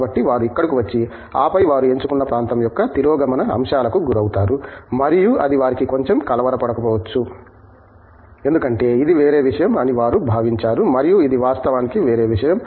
కాబట్టి వారు ఇక్కడకు వచ్చి ఆపై వారు ఎంచుకున్న ప్రాంతం యొక్క తిరోగమన అంశాలకు గురవుతారు మరియు అది వారికి కొంచెం కలవరపడకపోవచ్చు ఎందుకంటే ఇది వేరే విషయం అని వారు భావించారు మరియు ఇది వాస్తవానికి వేరే విషయం